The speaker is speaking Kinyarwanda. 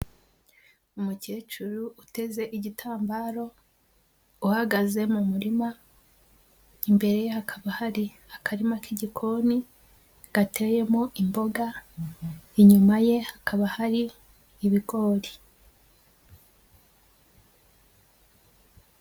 Umukecuru uteze igitambaro, uhagaze mu murima, imbere hakaba hari akarima k'igikoni gateyemo imboga, inyuma ye hakaba hari ibigori.